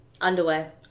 Underwear